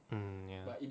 mm ya